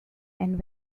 and